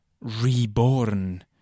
reborn